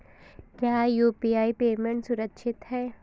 क्या UPI payment सुरक्षित है?